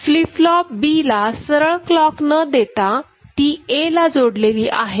flip flop B ला सरळ clock न देता ती A ला जोडलेली आहे